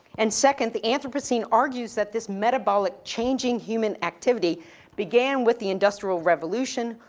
and second, the anthropocene argues that this metabolic changing human activity began with the industrial revolution,